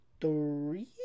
three